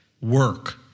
work